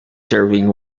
serving